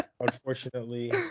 unfortunately